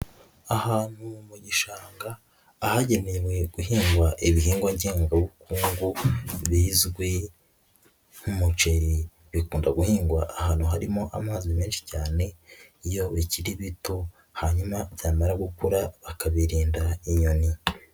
Ahantu mu gishanga, ahagenewe guhingwa ibihingwa ngengabukungu, bizwi nk'umuceri, bikunda guhingwa ahantu harimo amazi menshi cyane, iyo bikiri bito, hanyuma byamara gukura bakabirinda inyoni.